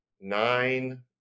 nine